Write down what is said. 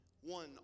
one